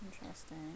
Interesting